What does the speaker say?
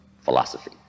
philosophy